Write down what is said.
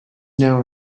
now